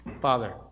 Father